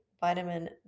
vitamin